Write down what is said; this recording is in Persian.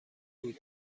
بود